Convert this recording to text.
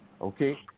Okay